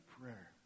prayer